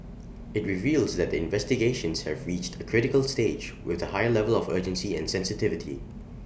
IT reveals that the investigations have reached A critical stage with higher level of urgency and sensitivity